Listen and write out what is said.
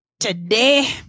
Today